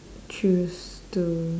choose to